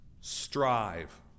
strive